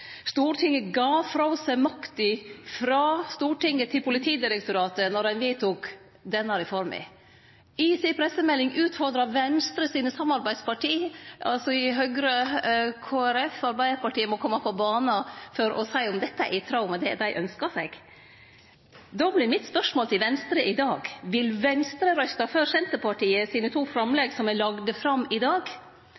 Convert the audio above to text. Stortinget gav frå seg makta – frå Stortinget til Politidirektoratet då ein vedtok denne reforma. I pressemeldinga si utfordra Venstre samarbeidspartia sine, Høgre og Kristeleg Folkeparti, og Arbeidarpartiet om å kome på bana for å seie om dette er i tråd med det dei ynskjer seg. Då vert mitt spørsmål til Venstre i dag: Vil Venstre røyste for Senterpartiet sine to